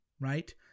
right